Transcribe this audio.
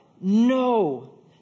No